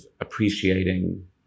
appreciating